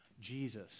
Jesus